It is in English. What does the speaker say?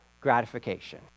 gratification